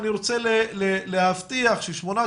אני רוצה להבטיח ששמונה,